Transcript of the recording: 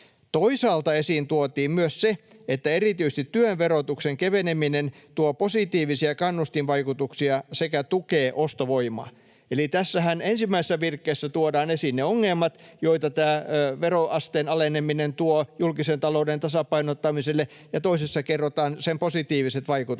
Toisaalta esiin tuotiin myös se, että erityisesti työn verotuksen keveneminen tuo positiivisia kannustinvaikutuksia sekä tukee ostovoimaa.” Eli tässähän ensimmäisessä virkkeessä tuodaan esiin ne ongelmat, joita tämä veroasteen aleneminen tuo julkisen talouden tasapainottamiselle, ja toisessa kerrotaan sen positiiviset vaikutukset.